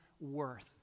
worth